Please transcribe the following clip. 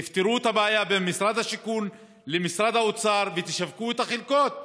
תפתרו את הבעיה בין משרד השיכון למשרד האוצר ותשווקו את החלקות.